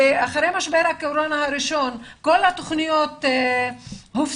ואחרי משבר הקורונה הראשון כל התוכניות הופסקו.